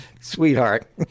sweetheart